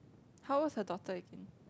how old is her daughter you think